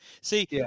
See